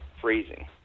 freezing